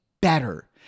better